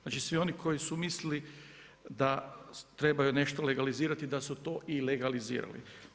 Znači svi oni koji su mislili, da trebaju nešto legalizirati, da su to i legalizirali.